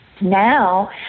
now